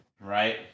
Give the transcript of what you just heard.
right